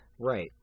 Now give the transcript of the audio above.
Right